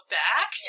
back